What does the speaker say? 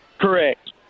Correct